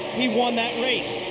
he won that race.